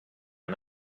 and